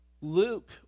Luke